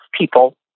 People